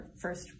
first